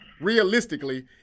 Realistically